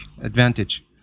advantage